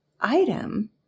item